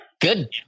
Good